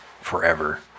forever